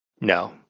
No